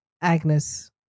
Agnes